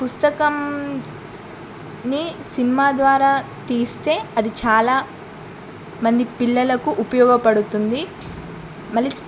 పుస్తకంని cinema ద్వారా తీస్తే అది చాలా మంది పిల్లలకు ఉపయోగపడుతుంది మళ్ళీ